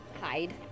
hide